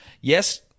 yes